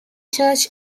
church